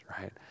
right